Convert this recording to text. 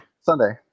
Sunday